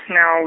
Now